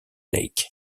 lake